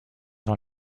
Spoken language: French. dans